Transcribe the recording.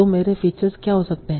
तो मेरे फीचर्स क्या हो सकते हैं